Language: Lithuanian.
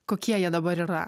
kokie jie dabar yra